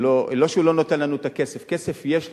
לא שהוא לא נותן לנו את הכסף, כסף יש לנו.